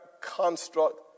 construct